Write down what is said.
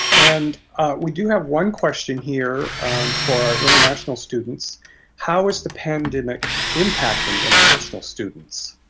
and we do have one question here for our international students how is the pandemic impacting international students?